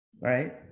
right